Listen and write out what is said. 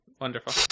Wonderful